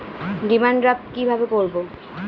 Demand draft কীভাবে করব?